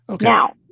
Now